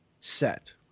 set